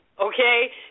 okay